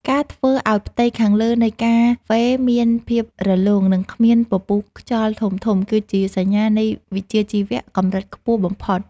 ការធ្វើឱ្យផ្ទៃខាងលើនៃកាហ្វេមានភាពរលោង និងគ្មានពពុះខ្យល់ធំៗ គឺជាសញ្ញានៃវិជ្ជាជីវៈកម្រិតខ្ពស់បំផុត។